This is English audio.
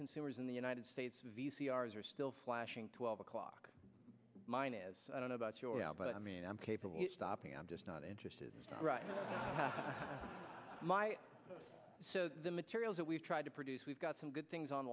consumers in the united states v c r s are still flashing twelve o'clock mine is i don't know about your al but i mean i'm capable stopping i'm just not interested in my materials that we've tried to produce we've got some good things